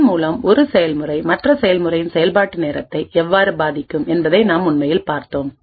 இதன் மூலம் ஒரு செயல்முறை மற்ற செயல்முறையின் செயல்பாட்டு நேரத்தை எவ்வாறு பாதிக்கும் என்பதை நாம் உண்மையில் பார்த்தோம்